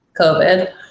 COVID